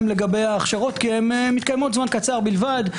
לגבי ההכשרות כי הן מתקיימות זמן קצר בלבד.